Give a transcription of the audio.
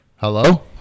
Hello